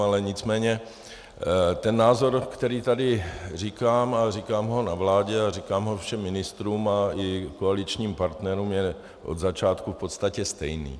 Ale nicméně ten názor, který tady říkám, a říkám ho na vládě a říkám ho všem ministrům a i koaličním partnerům, je od začátku v podstatě stejný.